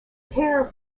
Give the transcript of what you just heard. pair